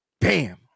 Bam